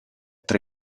tre